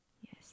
yes